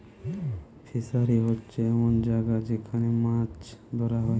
fishery হোচ্ছে এমন জাগা যেখান মাছ ধোরা হয়